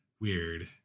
weird